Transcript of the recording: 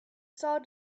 saw